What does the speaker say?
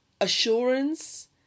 assurance